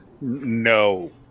No